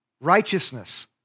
Righteousness